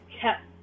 kept